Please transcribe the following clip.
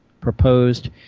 proposed